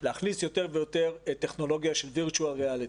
ולהכניס יותר ויותר טכנולוגיית של virtual reality.